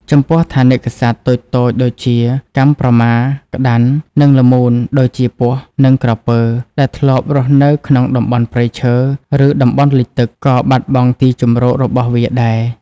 ចំពោះ ថនិកសត្វតូចៗដូចជា កាំប្រមា ក្តាន់ និងល្មូនដូចជា ពស់ និងក្រពើ ដែលធ្លាប់រស់នៅក្នុងតំបន់ព្រៃឈើ ឬតំបន់លិចទឹក ក៏បាត់បង់ទីជម្រករបស់វាដែរ។